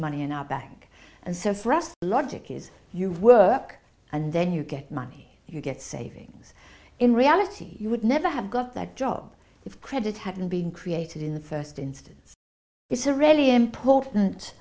money in our back and says rest logic is you work and then you get money you get savings in reality you would never have got that job if credit hadn't been created in the first instance it's a really important